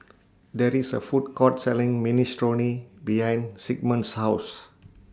There IS A Food Court Selling Minestrone behind Sigmund's House